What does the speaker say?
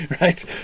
Right